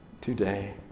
today